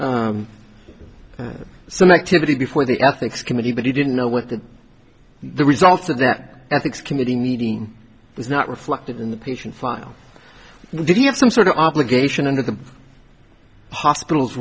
some activity before the ethics committee but he didn't know what the results of that ethics committee meeting was not reflected in the patient file did he have some sort of obligation under the hospitals